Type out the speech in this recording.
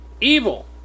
evil